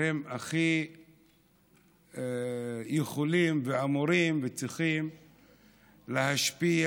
הם הכי יכולים ואמורים וצריכים להשפיע